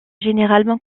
généralement